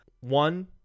one